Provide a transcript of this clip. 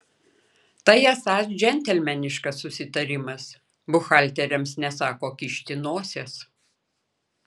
tai esąs džentelmeniškas susitarimas buhalteriams nesą ko kišti nosies